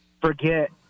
forget